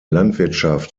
landwirtschaft